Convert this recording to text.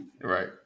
Right